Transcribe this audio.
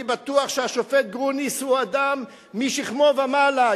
אני בטוח שהשופט גרוניס הוא אדם משכמו ומעלה,